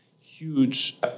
huge